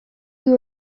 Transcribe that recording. you